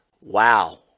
Wow